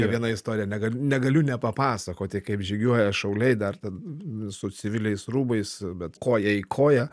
viena istorija negaliu negaliu nepapasakoti kaip žygiuoja šauliai dar ten su civiliais rūbais bet koją į koją